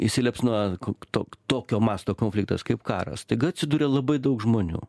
įsiliepsnoja kok tok tokio masto konfliktas kaip karas staiga atsiduria labai daug žmonių